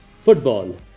football